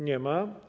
Nie ma.